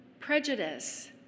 Prejudice